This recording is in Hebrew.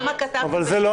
אבל זאת לא ההצעה.